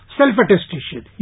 self-attestation